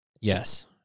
yes